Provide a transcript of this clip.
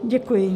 Děkuji.